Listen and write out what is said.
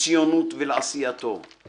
לציונות ולעשיית טוב.